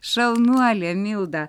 šaunuolė milda